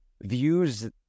views